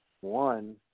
one